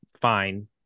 fine